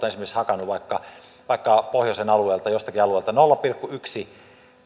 esimerkiksi hakannut vaikka vaikka pohjoisen alueelta jostakin alueelta nolla pilkku yksi